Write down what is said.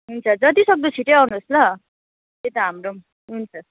हुन्छ जतिसक्दो छिट्टै आउनुहोस् ल यता हाम्रो पनि हुन्छ